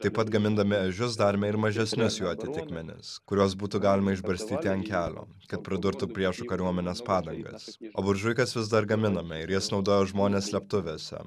taip pat gamindami ežius darėme ir mažesnes jų atitikmenis kuriuos būtų galima išbarstyti ant kelio kad pradurtų priešų kariuomenės padangas o buržuikas vis dar gaminame ir jas naudoja žmonės slėptuvėse